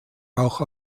auch